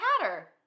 Hatter